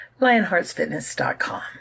lionheartsfitness.com